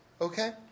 Okay